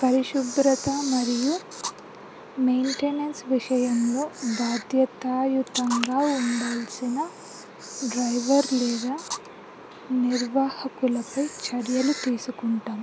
పరిశుభ్రత మరియు మెయింటెనెన్స్ విషయంలో బాధ్యతాయుతంగా ఉండాల్సిన డ్రైవర్ లేదా నిర్వాహకులపై చర్యలు తీసుకుంటాం